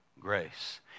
grace